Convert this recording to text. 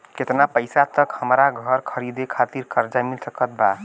केतना पईसा तक हमरा घर खरीदे खातिर कर्जा मिल सकत बा?